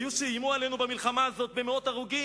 היו שאיימו עלינו במלחמה הזאת במאות הרוגים,